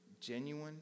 genuine